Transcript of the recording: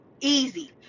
easy